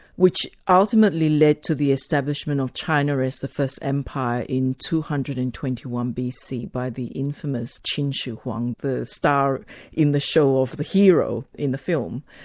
which ultimately led to the establishment of china as the first empire in two hundred and twenty one bc by the infamous qinshihuang, the star in the show of the hero in the film.